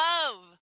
Love